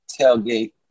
tailgate